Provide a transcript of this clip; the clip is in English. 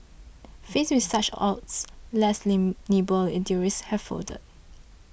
faced with such odds less nimble eateries have folded